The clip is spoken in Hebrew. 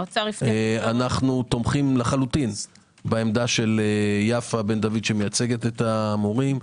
אנו תומכים לחלוטין בעמדת יפה בן דוד שמייצגת את המורים.